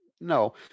No